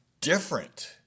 different